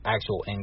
actual